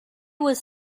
was